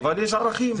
אבל יש ערכים.